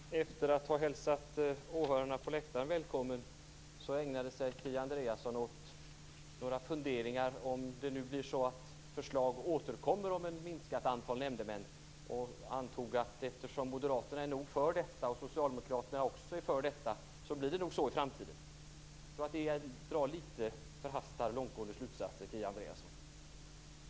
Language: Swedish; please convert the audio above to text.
Fru talman! Efter att Kia Andreasson hade hälsat åhörarna på läktaren välkomna ägnade hon sig åt några funderingar som gällde om förslag återkommer om ett minskat antal nämndemän. Hon antog att eftersom Moderaterna nog är för detta och eftersom Socialdemokraterna också är för detta blir det nog på detta sätt i framtiden. Det är att dra litet för långtgående slutsatser.